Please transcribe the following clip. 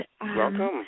welcome